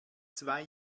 zwei